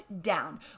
down